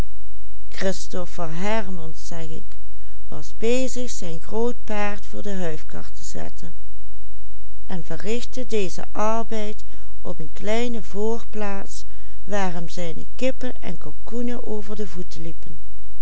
de huifkar te zetten en verrichtte dezen arbeid op een kleine voorplaats waar hem zijne kippen en kalkoenen over de voeten liepen